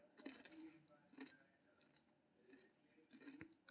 कार्डक छवि के निच्चा कार्ड नंबर, समाप्ति तिथि आ सी.वी.वी कोड देखै लेल कार्ड नंबर चुनू